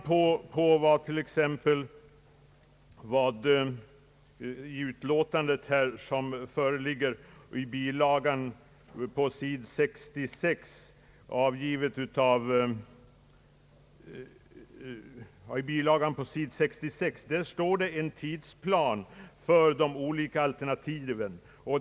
På sidan 66 i bilagan till utskottsutlåtandet finns en tidsplan för de olika alternativen.